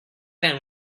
than